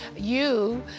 you,